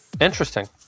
Interesting